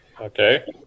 Okay